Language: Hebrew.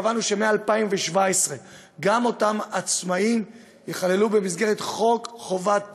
קבענו שמ-2017 גם אותם עצמאים ייכללו במסגרת חוק חובת פנסיה.